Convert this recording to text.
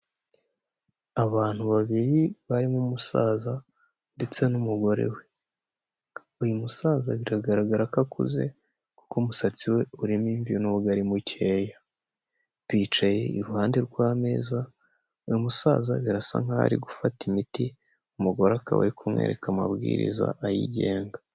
Abantu babiri barimo umusaza ndetse n'umugore we, uyu musaza biragaragara ko akuze kuko umusatsi we urimo imvi nubwo ari mukeya, bicaye iruhande rw'ameza uyu musaza birasa nk'aho ari gufata imiti umugore akaba ari kumwereka amabwiriza ayigenga.